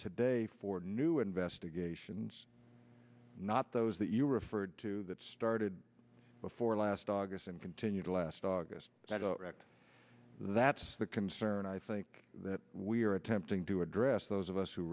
today for new investigations not those that you referred to that started before last august and continued last august wrecked that's the concern i think that we are attempting to address those of us who